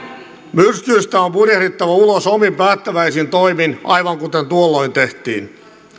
myrskyistä on purjehdittava ulos omin päättäväisin toimin aivan kuten tuolloin tehtiin